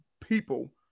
people